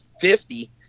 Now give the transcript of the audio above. fifty